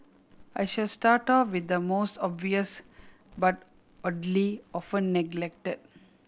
I shall start off with the most obvious but oddly often neglected